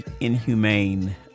inhumane